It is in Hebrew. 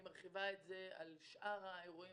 אני מרחיבה את זה על שאר האירועים